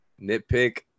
nitpick